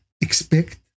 expect